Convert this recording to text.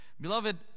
Beloved